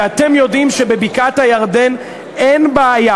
ואתם יודעים שבבקעת-הירדן אין בעיה,